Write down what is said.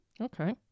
Okay